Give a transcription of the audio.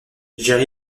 jerry